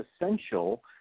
essential